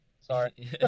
Sorry